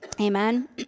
Amen